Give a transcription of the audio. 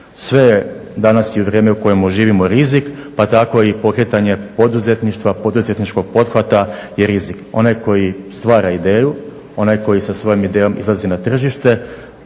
Sve je danas je vrijeme u kojemu živimo rizik, pa tako i pokretanje poduzetništva, poduzetničkog pothvata je rizik. Onaj koji stvara ideju, onaj koji sa svojom idejom izlazi na tržište,